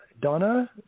Donna